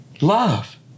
love